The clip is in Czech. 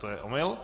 To je omyl.